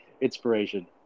inspiration